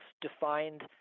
defined